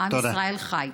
עם ישראל חי.